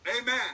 Amen